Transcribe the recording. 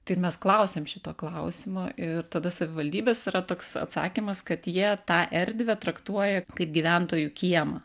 tai ir mes klausėm šito klausimo ir tada savivaldybės yra toks atsakymas kad jie tą erdvę traktuoja kaip gyventojų kiemą